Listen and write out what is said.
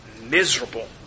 miserable